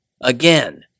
Again